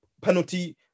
penalty